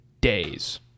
days